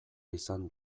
izan